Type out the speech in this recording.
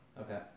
Okay